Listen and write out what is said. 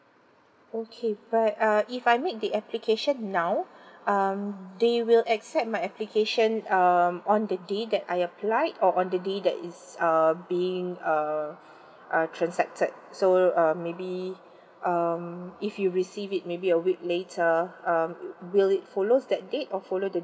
okay but uh if I make the application now um they will accept my application um on the day that I applied or on the day that is um being uh uh transacted so um maybe um if you receive it maybe a week later um will it follows that date or follow the